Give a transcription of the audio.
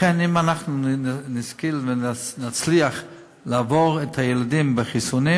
לכן, אם אנחנו נשכיל ונצליח להעביר חיסונים